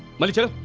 later.